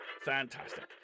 Fantastic